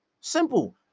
Simple